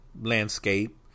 landscape